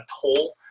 toll